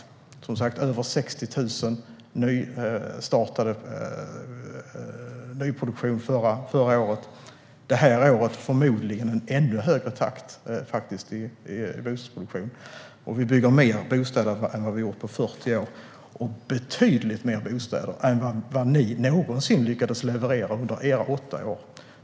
Det var byggstart för över 60 000 bostäder förra året, och i år blir takten i bostadsproduktionen förmodligen ännu högre. Vi bygger fler bostäder än det har gjorts på 40 år och betydligt mer bostäder än vad ni någonsin lyckades leverera under era åtta år.